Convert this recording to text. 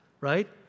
right